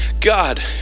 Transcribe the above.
God